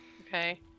Okay